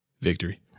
Victory